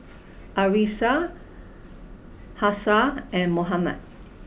Arissa Hafsa and Muhammad